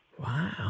Wow